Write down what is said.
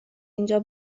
اینجا